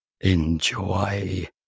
Enjoy